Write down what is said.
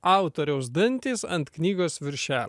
autoriaus dantys ant knygos viršelio